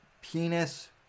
penis